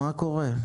מה קורה?